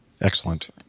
Excellent